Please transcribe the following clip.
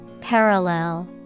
Parallel